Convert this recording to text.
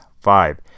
Five